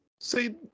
See